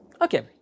Okay